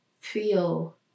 feel